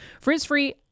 Frizz-free